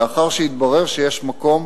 לאחר שהתברר שיש מקום